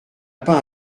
pas